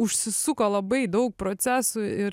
užsisuko labai daug procesų ir